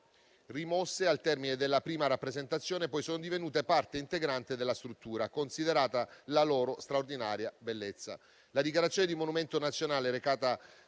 rimosse al termine della prima rappresentazione, poi sono divenute parte integrante della struttura, considerata la loro straordinaria bellezza. La dichiarazione di monumento nazionale recata